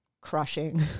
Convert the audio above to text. crushing